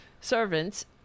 servants